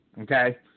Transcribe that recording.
Okay